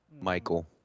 Michael